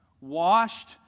Washed